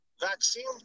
vaccine